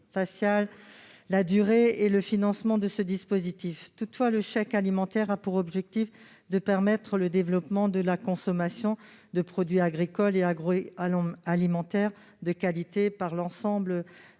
faciale, la durée et le financement de ce dispositif. Le chèque alimentaire a pour objectif de permettre le développement de la consommation de produits agricoles et agroalimentaires de qualité par l'ensemble